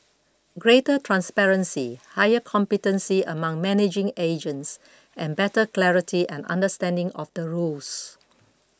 greater transparency higher competency among managing agents and better clarity and understanding of the rules